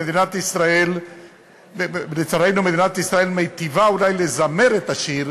מדינת ישראל מיטיבה אולי לזמר את השיר,